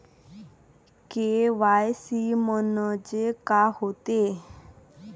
KYC म्हंनजे का होते?